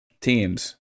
teams